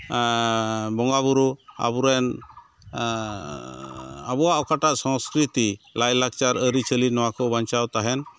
ᱵᱚᱸᱜᱟ ᱵᱩᱨᱩ ᱟᱵᱚᱨᱮᱱ ᱟᱵᱚᱣᱟᱜ ᱚᱠᱟᱴᱟᱜ ᱥᱚᱸᱥᱠᱨᱤᱛᱤ ᱞᱟᱭᱼᱞᱟᱠᱪᱟᱨ ᱟᱹᱨᱤᱼᱪᱟᱹᱞᱤ ᱱᱚᱣᱟ ᱠᱚ ᱵᱟᱧᱪᱟᱣ ᱛᱟᱦᱮᱱ